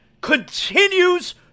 continues